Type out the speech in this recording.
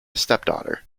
stepdaughter